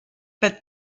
but